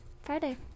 Friday